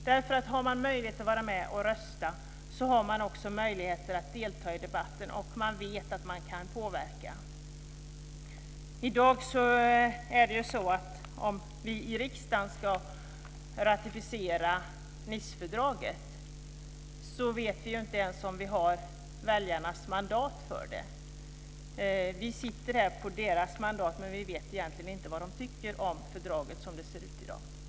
Kan man vara med och rösta, kan man också delta i debatten samtidigt som man vet att man kan vara med och påverka. Om vi i riksdagen ska ratificera Nicefördraget vet vi ju inte ens om vi har väljarnas mandat för det. Vi sitter här på deras mandat, men vi vet egentligen inte vad de anser om fördraget som det ser ut i dag.